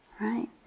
right